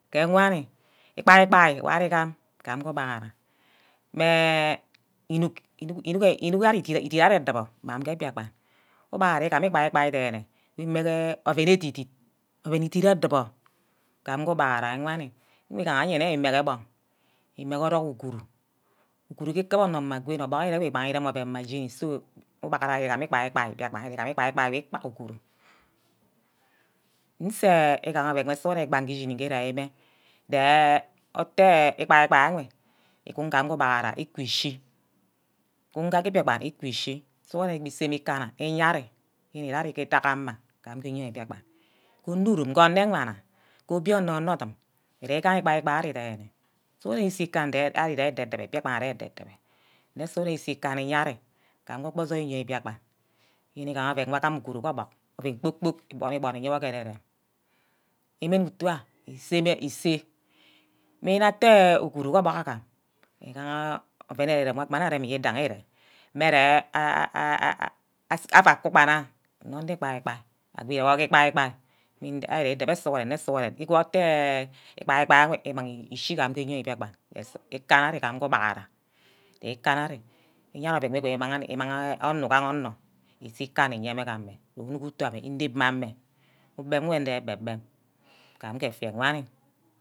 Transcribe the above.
Ke wani igbai-gbai wor ari igam gaje ku ubaghaara mme inug, inug idit ari adu bor amin ge biakpan, ubaghera ari guma igbai gbai denne wor imageh oven edidit, oven idit edubor gam gu ubaghera wani mmigahe nne imege gbong, ime ke orock uguru, uguru ikiba onor mma gwoni ke obug ire oven mma jeni ubaghara igame igbai-gbai, mbiakpan agahe igbai-gbai wi kpahe uguru, nse igaha igama oven wor sughuren igbaga urem-mi-me dey ute igbai-gbai enwe ugum bah ga ubaghara ikughi, agun ge mbiakpen ukushi sughuren irem ikanna iyeak ari, yere ire ke idai ke ari ammah ke mbiakpan onu rum nge anewana, obionor, onor odum ire gaha igbai-gbai mme ari ere-rembe sughuren ise ikanna, ari ere de-debe, mbiakpan pan arear ede-debe nne sughuren ise ikama iye ari igambe kposong iye mbiakpan, yene igaha oven wor agam uguru gor obuk oven kpor-kpork iboni, iboni iyowor ke arear-rem, inem utuha iseme-ise, mme nna ate uguru ke obuk agam igaha oven wor arear reme wor igaha ire mme je ah ah ah ava ku ben nna onor igbai gbai ogo ire-wor ke igbia-gbai, ari ere edbe sughuren ne sughuren igua atte igbai-gbai imangi ischgai ke eyoi mbiakpan je kana arigam ke ubaghara, je ikana ari imangha oven wor ari onor ugaha onor iseh ikanna iyeah ka ame unug utu ama inep mme ame ke ugbem- wer nde egbem gbem gam ke efia wanni.